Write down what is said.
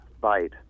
bite